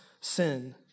sin